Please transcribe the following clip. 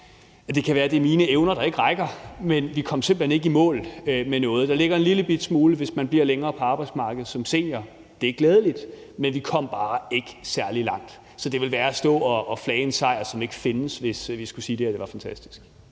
Det kan være, det er mine evner, der ikke rækker, men vi kom simpelt hen ikke i mål med noget. Der ligger en lillebitte smule, hvis man bliver længere på arbejdsmarkedet som senior, det er glædeligt, men vi kom bare ikke særlig langt. Så det vil være at stå og flage en sejr, som ikke findes, hvis vi skulle sige, at det her var fantastisk.